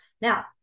Now